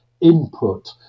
input